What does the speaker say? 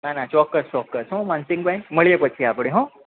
ના ના ચોક્કસ ચોક્કસ હોં માનસિંગભાઈ મળીએ પછી આપણે હોં